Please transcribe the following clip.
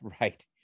right